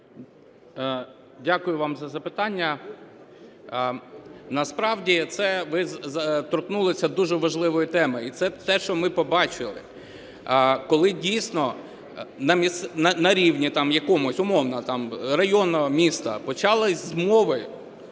Дякую вам за запитання. Насправді ви торкнулися дуже важливої теми, і це те, що ми побачили, коли, дійсно, на рівні там якомусь, умовно, районного, міста, почались змови